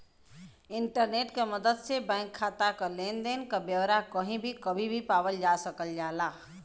internet क मदद से बैंक खाता क लेन देन क ब्यौरा कही भी कभी भी पावल जा सकल जाला